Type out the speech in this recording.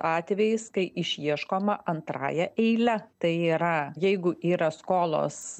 atvejis kai išieškoma antrąja eile tai yra jeigu yra skolos